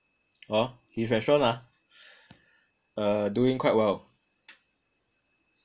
hor his restaurant ah doing quite well